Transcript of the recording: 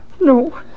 No